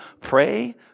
pray